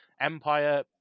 Empire